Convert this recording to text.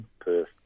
Perth